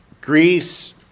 Greece